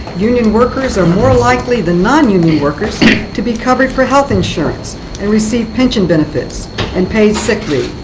union workers are more likely than nonunion workers to be covered for health insurance and receive pension benefits and paid sick leave.